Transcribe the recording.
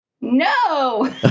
No